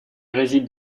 réside